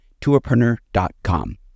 tourpreneur.com